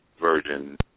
version